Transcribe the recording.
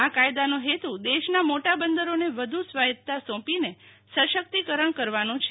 આ કાયદાનો હેતુ દેશના મોટા બંદરોને વધુ સ્વાયત્તતા સોંપીને સશક્તિકરણ કરવાનો છે